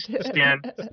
stand